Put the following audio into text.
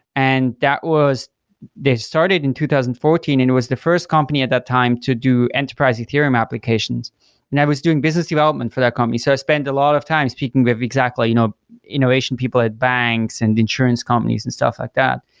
and that was they started in two thousand and fourteen and was the first company at that time to do enterprise ethereum applications i was doing business development for that company, so i spent a lot of time speaking with exactly you know innovation people at banks and insurance companies and stuff like that